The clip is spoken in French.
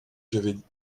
j’avais